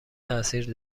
تاثیر